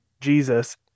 Jesus